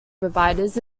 providers